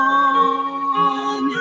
on